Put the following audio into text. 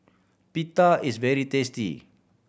pita is very tasty